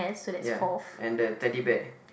ya and that Teddy Bear